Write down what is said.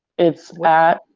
it's at.